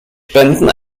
spenden